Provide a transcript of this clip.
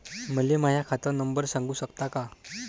मले माह्या खात नंबर सांगु सकता का?